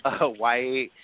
white